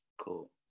Cool